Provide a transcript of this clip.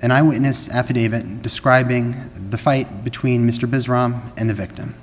an eye witness affidavit describing the fight between mr rahman and the victim